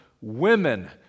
women